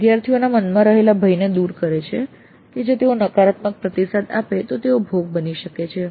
તે વિદ્યાર્થીઓના મનમાં રહેલા ભયને દૂર કરે છે કે જો તેઓ નકારાત્મક પ્રતિસાદ આપે તો તેઓ ભોગ બની શકે છે